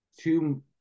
two